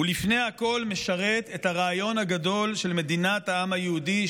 הוא לפני הכול משרת את הרעיון הגדול של מדינת העם היהודי,